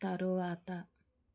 తరువాత